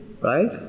right